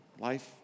Life